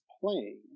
playing